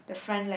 the front light